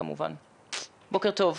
בוקר טוב.